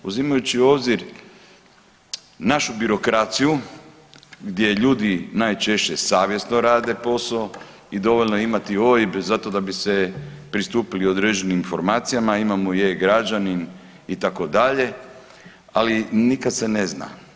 Uzimajući u obzir našu birokraciju gdje ljudi najčešće savjesno rade posao i dovoljno je imati OIB zato da bi se pristupili određenim informacijama, imamo i e-Građanin itd., ali nikad se ne zna.